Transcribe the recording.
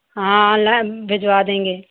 हाँ ऑनलाइन भिजवा देंगे